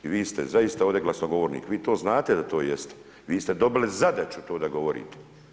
I vi ste zaista ovdje glasnogovornik, vi to znate da to jeste, vi ste dobili zadaću to da govorite.